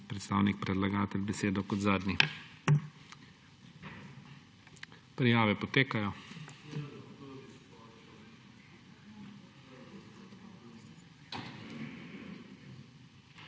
predstavnik predlagatelja besedo kot zadnji. Prijave potekajo.